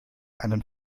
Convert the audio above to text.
einen